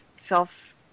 self